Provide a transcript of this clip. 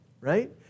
right